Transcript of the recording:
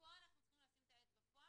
ופה אנחנו צריכים לשים את האצבע,